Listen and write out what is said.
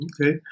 Okay